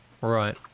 Right